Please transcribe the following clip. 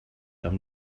amb